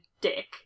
dick